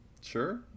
Sure